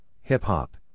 hip-hop